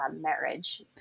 marriage